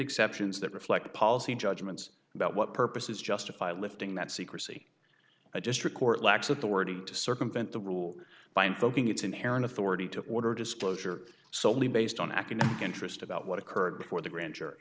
exceptions that reflect policy judgments about what purposes justify lifting that secrecy i just record lacks authority to circumvent the rule by invoking its inherent authority to order disclosure so many based on academic interest about what occurred before the grand jury